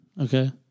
Okay